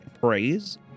praise